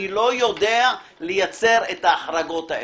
איני יודע לייצר את ההחרגות האלה.